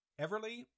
Everly